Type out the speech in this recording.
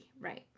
right